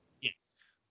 Yes